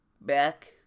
back